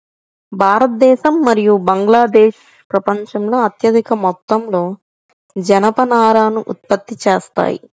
భారతదేశం మరియు బంగ్లాదేశ్ ప్రపంచంలో అత్యధిక మొత్తంలో జనపనారను ఉత్పత్తి చేస్తాయి